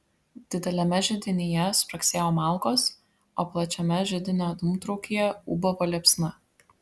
dideliame židinyje spragsėjo malkos o plačiame židinio dūmtraukyje ūbavo liepsna